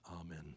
Amen